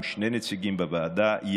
שני נציגים בוועדה,